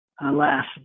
Alas